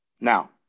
now